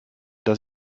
das